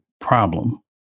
problem